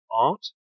art